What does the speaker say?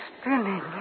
spinning